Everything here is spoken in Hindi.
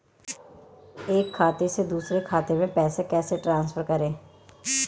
एक खाते से दूसरे खाते में पैसे कैसे ट्रांसफर करें?